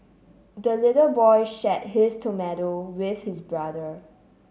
the little boy shared his tomato with his brother